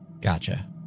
Gotcha